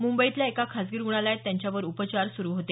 मंबईतल्या एका खासगी रुग्णालयात त्यांच्यावर उपचार सुरू होते